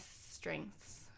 strengths